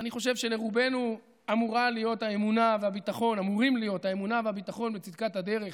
אני חושב שלרובנו אמורים להיות האמונה והביטחון בצדקת הדרך.